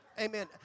amen